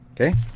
Okay